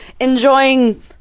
enjoying